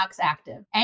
Active